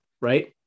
right